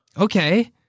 Okay